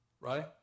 right